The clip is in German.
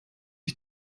ich